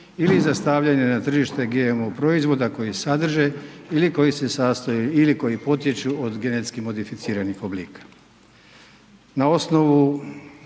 ili za stavljanje na tržište GMO proizvoda koji sadrže ili koji se sastoje ili koji potječu od genetski modificiranih oblika.